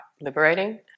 liberating